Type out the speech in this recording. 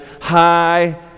high